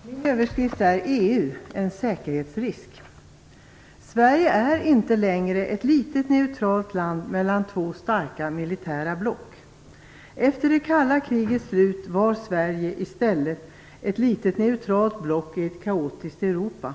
Fru talman! Min överskrift på mitt anförande är EU - en säkerhetsrisk. Sverige är inte längre ett litet neutralt land mellan två starka militära block. Efter det kalla krigets slut var Sverige i stället ett litet neutralt block i ett kaotiskt Europa.